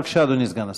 בבקשה, אדוני סגן השר.